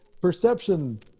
perception